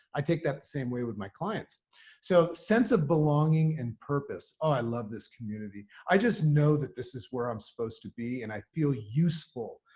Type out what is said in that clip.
i take that same way with my clients so sense of belonging and purpose. oh i love this community. i just know that this is where i'm supposed to be and i feel useful.